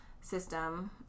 system